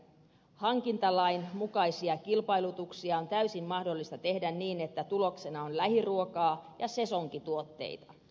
hankintalain mukaisia kilpailutuksia on täysin mahdollista tehdä niin että tuloksena on lähiruokaa ja sesonkituotteita